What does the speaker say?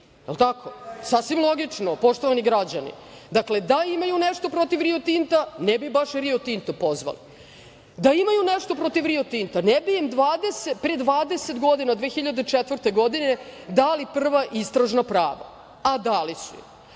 Jel tako? Sasvim logično, poštovani građani. Dakle, da imaju nešto protiv Rio Tinta, ne bi baš Rio Tinto pozvali. Da imaju nešto protiv Rio Tinta, ne bi im pre 20 godina, 2004. godine dali prva istražna prava. A dali su im.